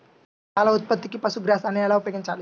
పాల ఉత్పత్తికి పశుగ్రాసాన్ని ఎలా ఉపయోగించాలి?